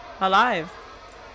alive